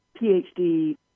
PhD